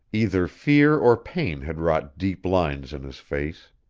either fear or pain had wrought deep lines in his face.